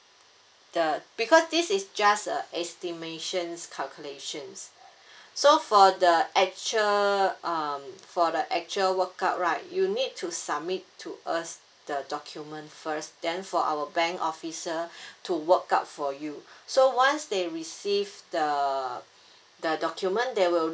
the because this is just a estimations calculations so for the actual um for the actual work out right you need to submit to us the document first then for our bank officer to work out for you so once they receive the the document they will